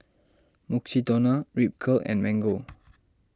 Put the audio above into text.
Mukshidonna Ripcurl and Mango